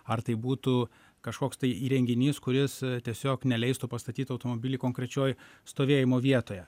ar tai būtų kažkoks tai įrenginys kuris tiesiog neleistų pastatyt automobilį konkrečioj stovėjimo vietoje